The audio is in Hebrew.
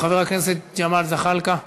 חבר הכנסת ג'מאל זחאלקה,